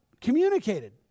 communicated